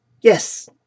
Yes